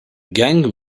gang